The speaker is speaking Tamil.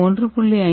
மற்றொரு 1